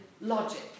logic